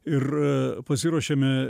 ir pasiruošėme